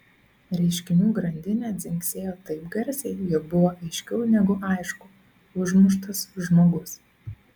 reiškinių grandinė dzingsėjo taip garsiai jog buvo aiškiau negu aišku užmuštas žmogus